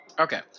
Okay